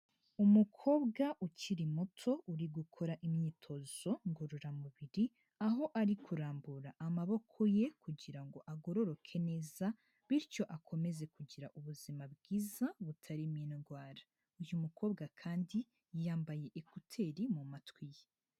Umukobwa ukiri muto, uri gukora imyitozo ngororamubiri, aho ari kurambura amaboko ye kugira ngo agororoke neza bityo akomeze kugira ubuzima bwiza butarimo indwara. Uyu mukobwa kandi, yambaye ekuteri mu matwi ye.